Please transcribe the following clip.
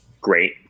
great